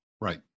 Right